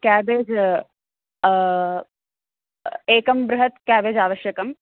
cabbage एकं बृहत् cabbage आवश्यकं